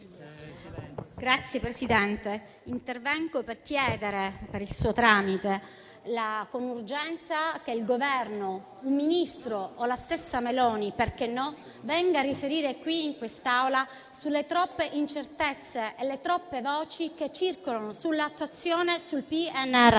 Signor Presidente, intervengo per chiedere, per il suo tramite, con urgenza che il Governo, un Ministro o lo stesso presidente Meloni, venga a riferire in quest'Aula sulle troppe incertezze e le troppe voci che circolano sull'attuazione del PNRR.